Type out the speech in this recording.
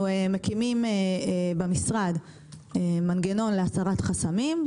אנחנו מקימים במשרד מנגנון להסרת חסמים,